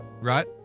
right